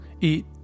eat